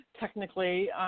technically